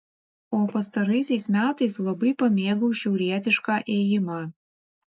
o pastaraisiais metais labai pamėgau šiaurietišką ėjimą